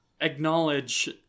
acknowledge